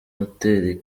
hotel